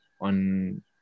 on